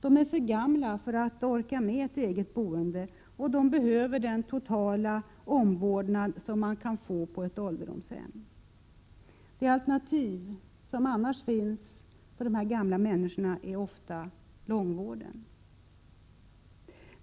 De är för gamla för att orka med ett eget boende, och de behöver den totala omvårdnad de kan få på ett ålderdomshem. Det alternativ som finns för dessa gamla är ofta långvården.